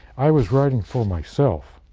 i was writing for myself